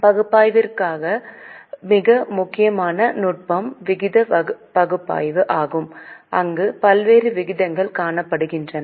பகுப்பாய்விற்கான மிக முக்கியமான நுட்பம் விகித பகுப்பாய்வு ஆகும் அங்கு பல்வேறு விகிதங்கள் கணக்கிடப்படுகின்றன